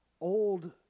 old